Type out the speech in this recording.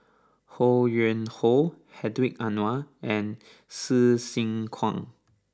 Ho Yuen Hoe Hedwig Anuar and Hsu Tse Kwang